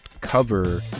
cover